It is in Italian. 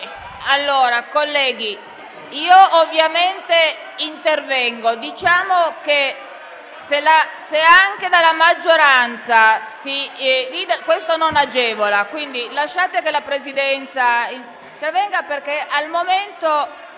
Colleghi, io ovviamente intervengo. Diciamo che, se anche dalla maggioranza si grida, questo non agevola. Lasciate che la Presidenza intervenga, perché al momento